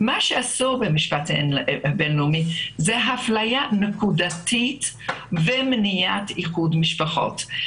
מה שאסור במשפט הבינלאומי הוא אפליה נקודתית ומניעת איחוד משפחות.